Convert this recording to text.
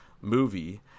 movie